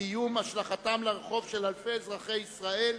ואיום השלכתם לרחוב של אלפי אזרחי ישראל.